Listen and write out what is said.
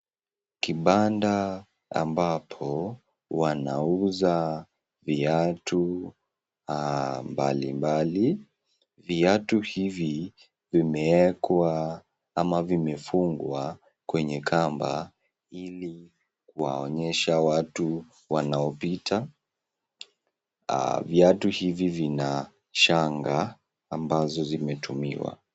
Kibanda ambapo wanauza viatu mbalimbali. Viatu hivi vimefungwa kwenye kamba ili kuwaonyesha watu wanaopita. Viatu hivi vina shanga ambazo zimetumika.